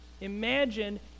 Imagine